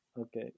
Okay